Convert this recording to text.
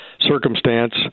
circumstance